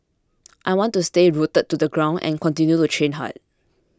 I want to stay rooted to the ground and continue to train hard